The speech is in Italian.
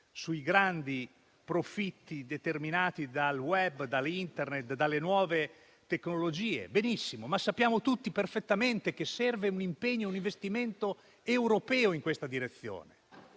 sui grandi profitti determinati dal *web*, dalle nuove tecnologie, ma sappiamo tutti perfettamente che servono un impegno e un investimento europei in questa direzione.